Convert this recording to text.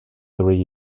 three